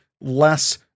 less